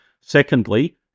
Secondly